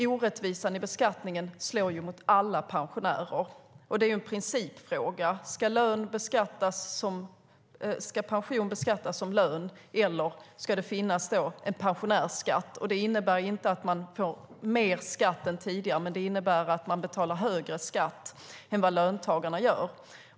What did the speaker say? Orättvisan i beskattningen slår mot alla pensionärer. Det är en principfråga om pension ska beskattas som lön eller om det ska finnas en pensionärsskatt. Det innebär inte att pensionärerna får mer skatt än tidigare, men de betalar högre skatt än löntagarna.